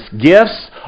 gifts